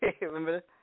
Remember